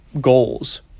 goals